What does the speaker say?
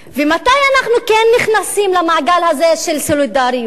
ומתי אנחנו כן נכנסים למעגל הזה, של סולידריות,